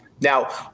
now